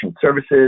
services